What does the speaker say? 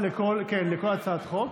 כן, לכל הצעת חוק.